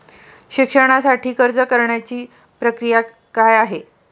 शिक्षणासाठी कर्ज घेण्याची काय प्रक्रिया आहे?